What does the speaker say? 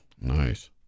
Nice